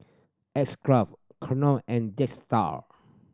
X Craft Knorr and Jetstar